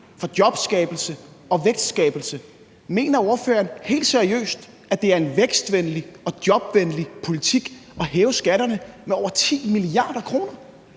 for jobskabelse og vækstskabelse? Mener ordføreren helt seriøst, at det er en vækstvenlig og jobvenlig politik at hæve skatterne med over 10 mia. kr.?